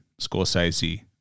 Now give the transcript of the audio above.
Scorsese